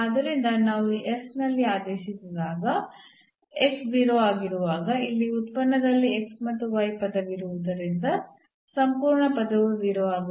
ಆದ್ದರಿಂದ ನಾವು ಈ ನಲ್ಲಿ ಆದೇಶಿಸಿದಾಗ 0 ಆಗಿರುವಾಗ ಇಲ್ಲಿ ಉತ್ಪನ್ನದಲ್ಲಿ ಮತ್ತು ಪದವಿರುವುದರಿಂದ ಸಂಪೂರ್ಣ ಪದವು 0 ಆಗುತ್ತದೆ